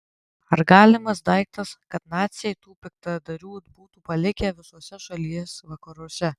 ar galimas daiktas kad naciai tų piktadarių būtų palikę visuose šalies vakaruose